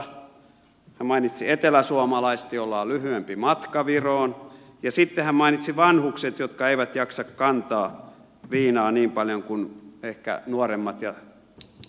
hän mainitsi eteläsuomalaiset joilla on lyhyempi matka viroon ja sitten hän mainitsi vanhukset jotka eivät jaksa kantaa viinaa niin paljon kuin ehkä nuoremmat ja parempikuntoiset